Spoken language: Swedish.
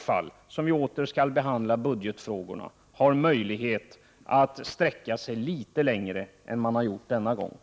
fall nästa gång vi skall behandla budgetfrågorna har möjlighet att sträcka sig litet längre än de gjort denna gång.